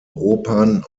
opern